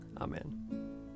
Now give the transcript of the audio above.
Amen